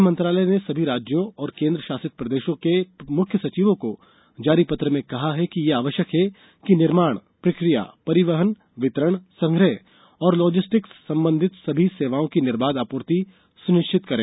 गृह मंत्रालय ने सभी राज्यों और केंद्र शासित प्रदेशों के मुख्य सचिवों को जारी पत्र में कहा है कि यह आवश्यक है कि निर्माण प्रक्रिया परिवहन वितरण संग्रह और लॉजिस्टिक्स संबंधित सभी सेवाओं की निर्बाघ आपूर्ति सुनिश्चित करें